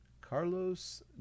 Carlos